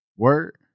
Word